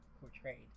portrayed